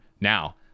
Now